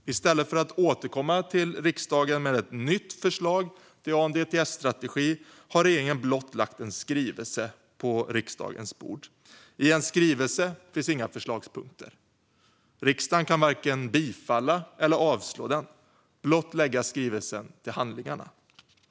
I stället för att återkomma till riksdagen med ett nytt förslag till ANDTS-strategi har regeringen blott lagt en skrivelse på riksdagens bord. I en skrivelse finns inga förslagspunkter. Riksdagen kan varken bifalla eller avslå den utan blott lägga den till handlingarna.